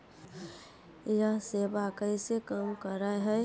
यह सेवा कैसे काम करै है?